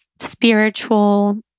spiritual